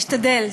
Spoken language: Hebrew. אשתדל.